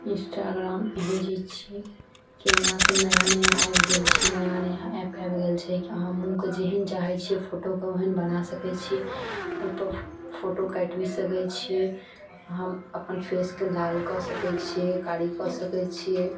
Instagram एहन चीज छै कि हमरा सब नया नया आबि गेल छै नया नया एप आबि गेल छै कि अहाँ मुँहके जेहन चाहैत छियै फोटोके ओहन बना सकैत छियै फोटो काटि भी सकैत छियै अहाँ अपन फेसके लाल कऽ सकैत छियै कारी कऽ सकैत छियै